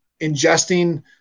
ingesting